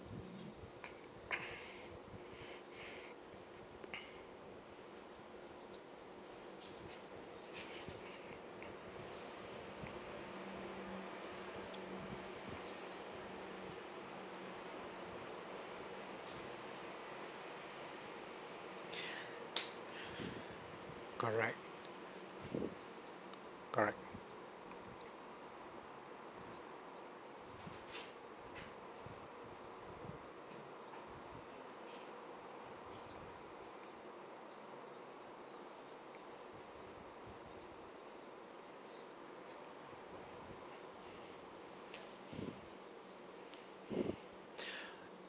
correct correct